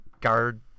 guard